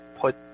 put